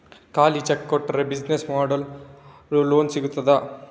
ಖಾಲಿ ಚೆಕ್ ಕೊಟ್ರೆ ಬಿಸಿನೆಸ್ ಮಾಡಲು ಲೋನ್ ಸಿಗ್ತದಾ?